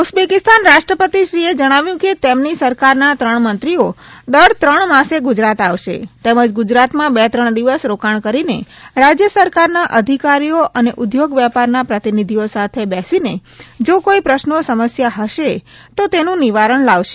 Uzbekistan રાષ્ટ્રપતિશ્રીએ જણાવ્યું કે તેમની સરકારના ત્રણ મંત્રીઓ દર ત્રણ માસે ગુજરાત આવશે તેમજ ગુજરાતમાં બે ત્રણ દિવસ રોકાણ કરીને રાજ્ય સરકારના અધિકારીઓ અને ઊદ્યોગ વેપારના પ્રતિનિધિઓ સાથે બેસીને જો કોઇ પ્રશ્નો સમસ્યા હશે તો તેનું નિવારણ લાવશે